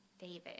David